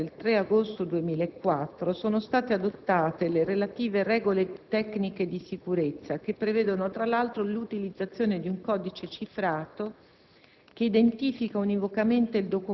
Con decreto del Ministro dell'interno del 3 agosto 2004 sono state adottate le relative regole tecniche di sicurezza che prevedono, tra l'altro, l'utilizzazione di un codice cifrato